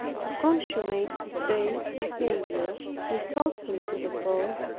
to consummate his base behavior, he sold me to the post,